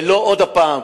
ולא עוד הפעם,